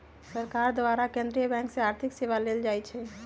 सरकार द्वारा केंद्रीय बैंक से आर्थिक सेवा लेल जाइ छइ